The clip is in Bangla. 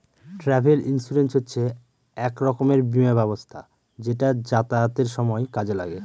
ট্রাভেল ইন্সুরেন্স হচ্ছে এক রকমের বীমা ব্যবস্থা যেটা যাতায়াতের সময় কাজে লাগে